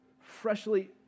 freshly